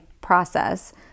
process